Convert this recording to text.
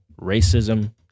Racism